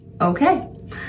Okay